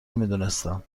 میدونستم